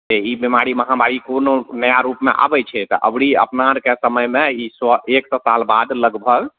ई बीमारी महामारी कोनो नया रूपमे आबय छै तऽ अबरी अपना आरके समयमे ई सओ एक सो साल बाद लगभग